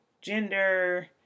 gender